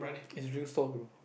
is drink stall bro